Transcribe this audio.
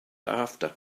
after